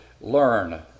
learn